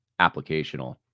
applicational